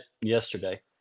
yesterday